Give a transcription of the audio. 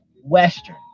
western